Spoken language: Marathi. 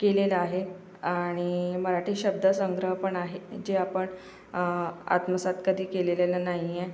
केलेलं आहे आणि मराठी शब्दसंग्रह पण आहे जे आपण आत्मसात कधी केलेला नाही आहे